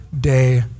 day